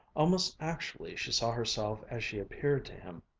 almost actually she saw herself as she appeared to him,